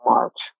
March